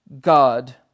God